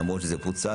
למרות שזה פוצל,